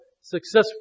successful